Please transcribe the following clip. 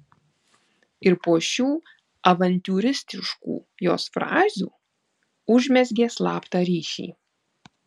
ir po šių avantiūristiškų jos frazių užmezgė slaptą ryšį